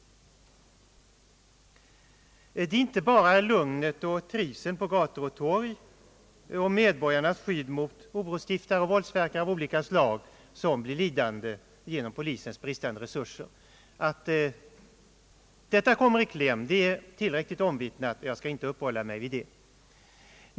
Det är inte bara lugnet och trivseln på gator och torg och medborgarnas skydd mot orosstiftare och våldsverkare av olika slag som blir lidande genom polisens bristande resurser. Att sådana saker kommer i kläm är tillräckligt omvittnat, och jag skall inte uppehålla mig vid det.